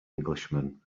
englishman